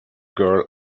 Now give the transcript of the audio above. girl